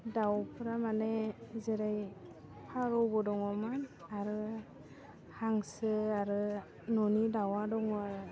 दाउफ्रा माने जेरै फारौबो दङ मोन आरो हांसो आरो न'नि दावा दङ आरो